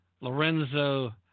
Lorenzo